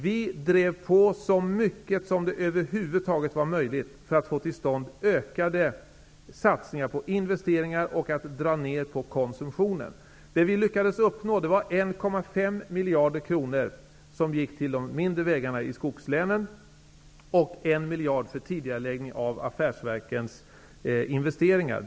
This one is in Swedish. Vi drev på så mycket som det över huvud taget var möjligt för att få till stånd ökade satsningar på investeringar och för att dra ner på konsumtionen. Det som vi lyckades uppnå var 1,5 miljarder kronor, som gick till de mindre vägarna i skogslänen, och 1 miljard för tidigareläggning av affärsverkens investeringar.